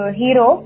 hero